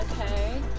Okay